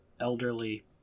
elderly